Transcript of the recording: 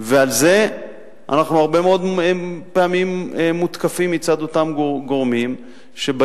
ועל זה אנחנו הרבה מאוד פעמים מותקפים מצד אותם גורמים שבאים